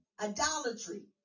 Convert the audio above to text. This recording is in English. Idolatry